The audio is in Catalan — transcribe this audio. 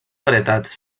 varietats